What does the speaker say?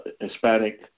Hispanic